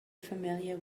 familiar